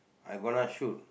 I gonna shoot